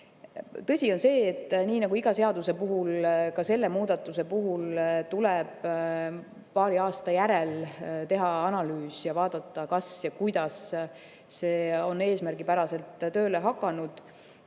Tõsi on see, et nii nagu iga seaduse puhul, tuleb ka selle muudatuse puhul paari aasta järel teha analüüs ja vaadata, kas see on eesmärgipäraselt tööle hakanud.